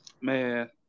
Man